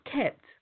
kept